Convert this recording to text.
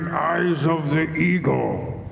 eyes of the eagle.